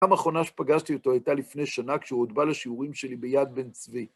פעם האחרונה שפגשתי אותו הייתה לפני שנה, כשהוא עוד בא לשיעורים שלי ביד בן צבי.